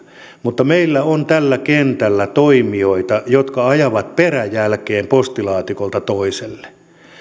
mutta meillä on kentällä toimijoita jotka ajavat peräjälkeen postilaatikolta toiselle